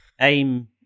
aim